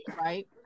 right